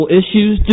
issues